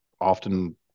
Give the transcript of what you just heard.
often